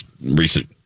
recent